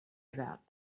about